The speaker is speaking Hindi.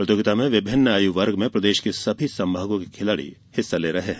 प्रतियोगिता में विभिन्न आयु वर्ग में प्रदेश के सभी संभागों के खिलाड़ी भाग ले रहे हैं